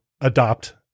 adopt